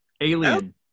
Alien